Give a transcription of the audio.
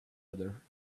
other